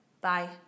Bye